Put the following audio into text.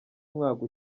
umwaka